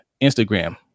Instagram